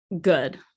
good